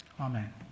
Amen